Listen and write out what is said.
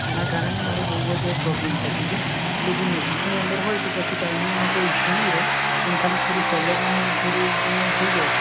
એના કારણે મારે બહુ જ પ્રોબ્લમ થતી હતી એટલે જો નજીકની અંદર હોય તો પછી ટાઈમિંગમાં કોઈ ઇસ્યુ નહીં રહે પણ ખાલી થોડી સેલેરીનું થોડું ઈમ્પ્રૂવમેન્ટ થઈ જાય